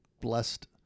blessed